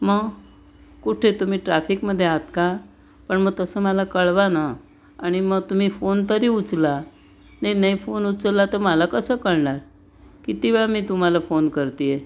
मग कुठे तुम्ही ट्राफिकमध्ये आहात का पण मग तसं मला कळवा ना आणि मग तुम्ही फोन तरी उचला नाही नाही फोन उचलला तर मला कसं कळणार किती वेळ मी तुम्हाला फोन करते आहे